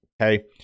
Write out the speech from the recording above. Okay